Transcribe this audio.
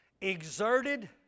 exerted